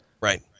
right